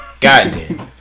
Goddamn